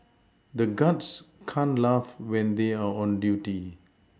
the guards can't laugh when they are on duty